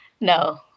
No